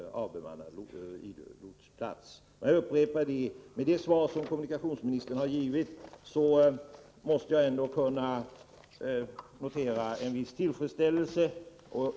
Men jag upprepar att jag med en viss tillfredsställelse noterar det svar som kommunikationsministern har givit.